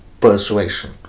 persuasion